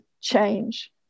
change